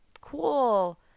cool